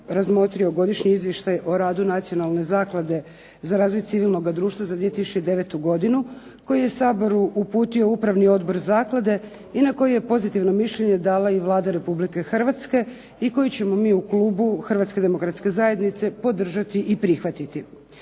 razmotrio godišnji izvještaj o radu Nacionalne zaklade za razvoj civilnog društva za 2009. godinu koju je Saboru uputio u upravni odbor zaklade i na koju je pozitivno mišljenje dala i Vlada Republike Hrvatske i koji ćemo mi u klubu HDZ-a podržati i prihvatiti.